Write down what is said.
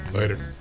Later